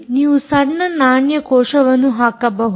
ನೀವು ಸಣ್ಣ ನಾಣ್ಯ ಕೋಶವನ್ನು ಹಾಕಬಹುದು